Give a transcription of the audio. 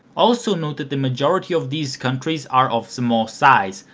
also note that the majority of these countries are of small size,